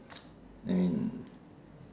I mean